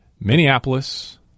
Minneapolis